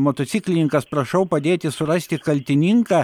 motociklininkas prašau padėti surasti kaltininką